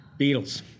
Beatles